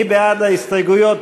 מי בעד ההסתייגויות?